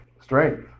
Strength